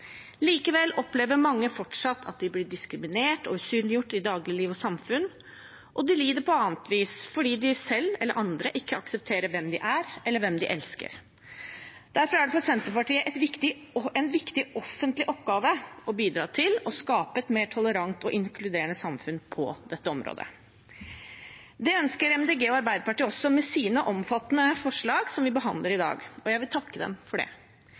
Likevel opplever mange fortsatt at de blir diskriminert og usynliggjort i dagligliv og samfunn, og de lider på annet vis fordi de selv eller andre ikke aksepterer hvem de er, eller hvem de elsker. Derfor er det for Senterpartiet en viktig offentlig oppgave å bidra til å skape et mer tolerant og inkluderende samfunn på dette området. Det ønsker Miljøpartiet De Grønne og Arbeiderpartiet også, med sine omfattende forslag som vi behandler i dag. Jeg vil takke dem for det.